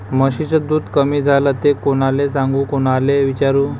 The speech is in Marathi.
म्हशीचं दूध कमी झालं त कोनाले सांगू कोनाले विचारू?